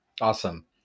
Awesome